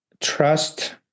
trust